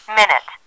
minute